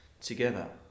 together